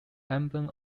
album